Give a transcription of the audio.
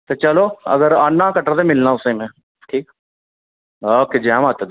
ते चलो अगर आन्ना कटरा में मिलना तुसें में ठीक ओके जय माता दी